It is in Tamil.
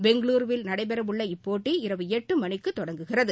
பொங்களூருவில் நடைபெறவுள்ள இப்போட்டி இரவு எட்டு மணிக்கு தொடங்குகிறது